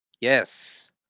Yes